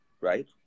right